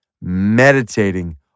meditating